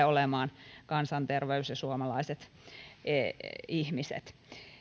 olemaan kansanterveys ja suomalaiset ihmiset